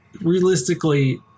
realistically